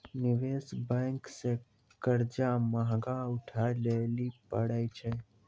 निवेश बेंक से कर्जा महगा उठाय लेली परै छै